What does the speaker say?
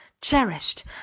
cherished